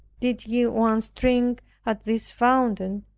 did ye once drink at this fountain,